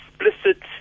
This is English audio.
explicit